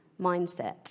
mindset